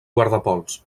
guardapols